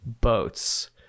boats